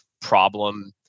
problem